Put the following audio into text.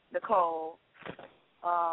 Nicole